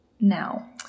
now